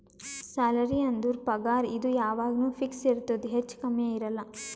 salary ಅಂದುರ್ ಪಗಾರ್ ಇದು ಯಾವಾಗ್ನು ಫಿಕ್ಸ್ ಇರ್ತುದ್ ಹೆಚ್ಚಾ ಕಮ್ಮಿ ಇರಲ್ಲ